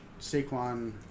Saquon